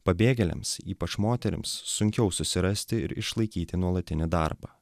pabėgėliams ypač moterims sunkiau susirasti ir išlaikyti nuolatinį darbą